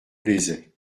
plaisaient